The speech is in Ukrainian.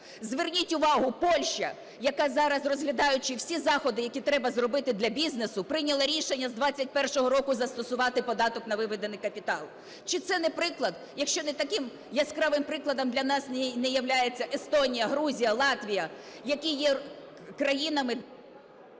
Зверніть увагу, Польща, яка зараз, розглядаючи всі заходи, які треба зробити для бізнесу, прийняла рішення з 21-го року застосувати податок на виведений капітал. Чи це не приклад, якщо не таким яскравим прикладом для нас не являються Естонія, Грузія, Латвія, які є країнами...